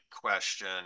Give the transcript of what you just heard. question